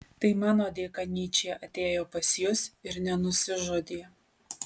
tai mano dėka nyčė atėjo pas jus ir nenusižudė